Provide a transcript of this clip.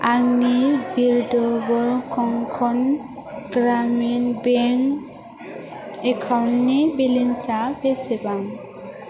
आंनि विर्धर्व कंकन ग्रामिन बेंक एकाउन्टनि बेलेन्सा बेसेबां